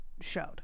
showed